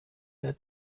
der